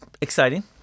exciting